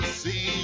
see